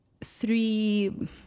three